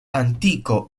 antico